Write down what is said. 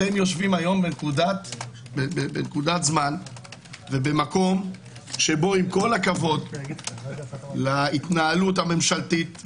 אתם יושבים היום בנקודת זמן ובמקום שבו עם כל הכבוד להתנהלות הממשלתית,